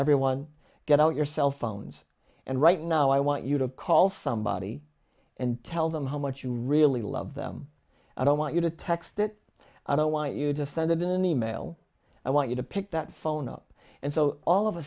everyone get out your cell phones and right now i want you to call somebody and tell them how much you really love them i don't want you to text that i don't want you to send them in an e mail i want you to pick that phone up and so all of a